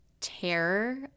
terror